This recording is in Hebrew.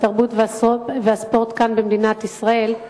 התרבות והספורט כאן במדינת ישראל.